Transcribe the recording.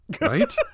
right